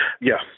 Yes